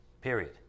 period